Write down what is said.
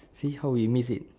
see how we miss it